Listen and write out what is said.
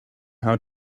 how